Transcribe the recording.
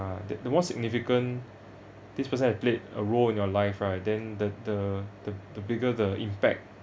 uh th~ the most significant this person has played a role in your life right then the the the the bigger the impact